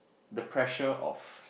the pressure of